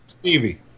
Stevie